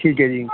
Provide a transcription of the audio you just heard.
ਠੀਕ ਹੈ ਜੀ